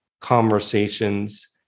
conversations